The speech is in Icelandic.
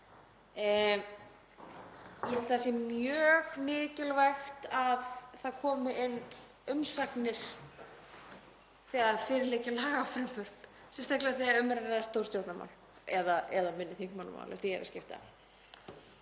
Ég held að það sé mjög mikilvægt að það komi inn umsagnir þegar fyrir liggja lagafrumvörp, sérstaklega þegar um er að ræða stór stjórnarmál, eða minni þingmannamál ef því er að skipta.